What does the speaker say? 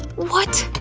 what?